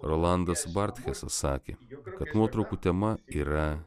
rolandas bartchesas sakė jog kad nuotraukų tema yra